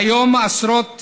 כיום, עשרות